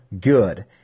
good